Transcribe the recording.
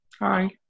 Hi